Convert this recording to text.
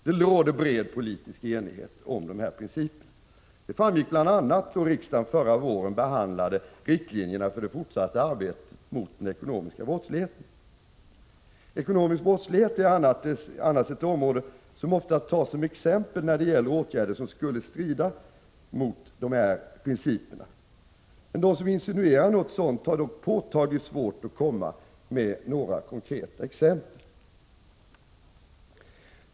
Det råder bred politisk enighet om dessa principer. Det framgick bl.a. då riksdagen förra våren behandlade riktlinjerna för det fortsatta arbetet mot den ekonomiska brottsligheten. Ekonomisk brottslighet är annars ett område som ofta tas som exempel när det gäller åtgärder som skulle strida mot dessa principer. De som insinuerar något sådant har dock påtagligt svårt att komma med några konkreta exempel.